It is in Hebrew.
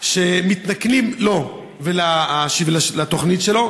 שמתנכלים לו ולתוכנית שלו.